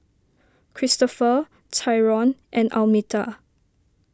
Cristofer Tyrone and Almeta